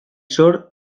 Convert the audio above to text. zor